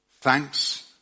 thanks